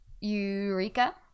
Eureka